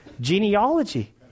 genealogy